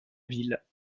ville